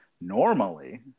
Normally